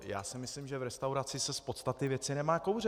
Já si myslím, že v restauraci se z podstaty věci nemá kouřit.